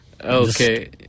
Okay